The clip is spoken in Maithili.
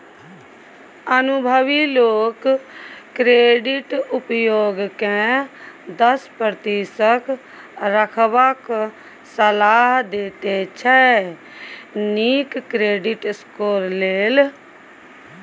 अनुभबी लोक क्रेडिट उपयोग केँ दस प्रतिशत रखबाक सलाह देते छै नीक क्रेडिट स्कोर लेल